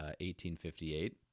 1858